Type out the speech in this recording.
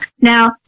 Now